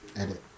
edit